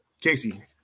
Casey